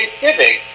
Thanksgiving